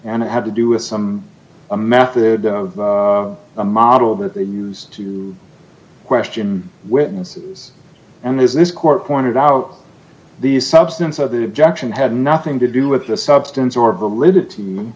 and it had to do with some a method a model that they used to question witnesses and there's this court pointed out the substance of the objection had nothing to do with the substance or validity